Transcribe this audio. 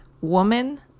woman